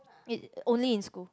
it only in school